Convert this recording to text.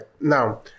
Now